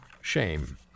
shame